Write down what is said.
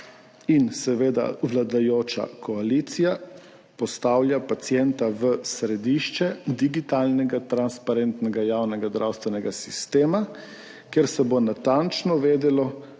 in seveda vladajoča koalicija postavljata pacienta v središče digitalnega, transparentnega javnega zdravstvenega sistema, kjer se bo natančno vedelo,